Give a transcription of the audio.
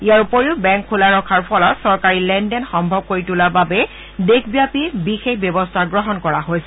ইয়াৰ উপৰিও বেংক খোলা ৰখাৰ ফলত চৰকাৰী লেন দেন সম্ভৱ কৰি তোলাৰ বাবে দেশব্যাপি বিশেষ ব্যৱস্থা গ্ৰহণ কৰা হৈছে